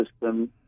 system